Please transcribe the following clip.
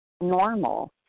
normal